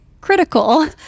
critical